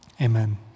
amen